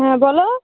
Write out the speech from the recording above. হ্যাঁ বলো